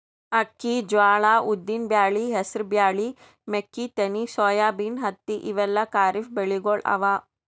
ಅಕ್ಕಿ, ಜ್ವಾಳಾ, ಉದ್ದಿನ್ ಬ್ಯಾಳಿ, ಹೆಸರ್ ಬ್ಯಾಳಿ, ಮೆಕ್ಕಿತೆನಿ, ಸೋಯಾಬೀನ್, ಹತ್ತಿ ಇವೆಲ್ಲ ಖರೀಫ್ ಬೆಳಿಗೊಳ್ ಅವಾ